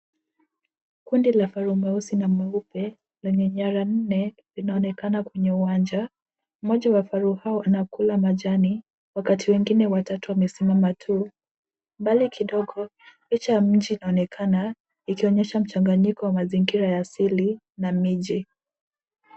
Kundi la faru mweusi na mweupe lenye nyara nne, inaonekana kwenye uwanja. Mmoja wa faru hao anakula majani, wakati wengine watatu wamesimama tu. Mbali kidogo, picha ya mji inaonekana ikionyesha mchanganyiko wa mazingira ya asili na miji.